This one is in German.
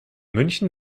münchen